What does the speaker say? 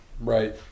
Right